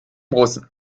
russen